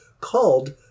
called